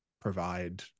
provide